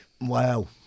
Wow